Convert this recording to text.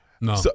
No